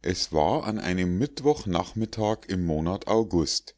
es war an einem mittwoch nachmittag im monat august